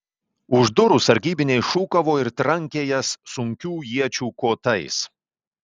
už durų sargybiniai šūkavo ir trankė jas sunkių iečių kotais